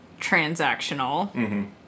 transactional